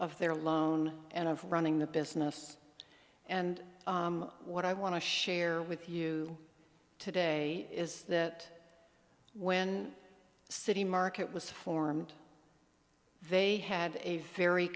of their loan and of running the business and what i want to share with you today is that when city market was formed they had a very